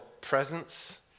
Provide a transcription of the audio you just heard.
Presence